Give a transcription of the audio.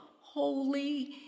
holy